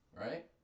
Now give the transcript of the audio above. Right